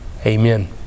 Amen